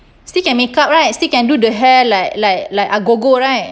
still can make up right still can do the hair like like like agogo right